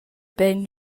bein